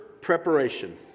preparation